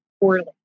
poorly